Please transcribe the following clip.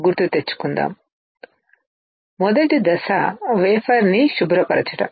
గుర్తు తెచ్చుకుందాం మొదటి దశ వేఫర్ ని శుభ్రపరచడం